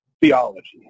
theology